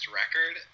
record